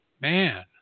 man